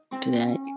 today